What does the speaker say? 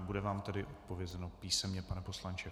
Bude vám tedy odpovězeno písemně, pane poslanče.